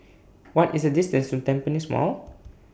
What IS The distance to Tampines Mall